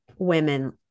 Women